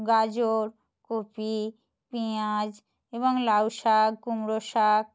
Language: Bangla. গাজর কপি পেঁয়াজ এবং লাউ শাক কুমড়ো শাক